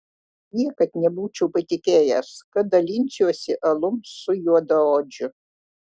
niekad nebūčiau patikėjęs kad dalinsiuosi alum su juodaodžiu